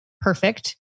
perfect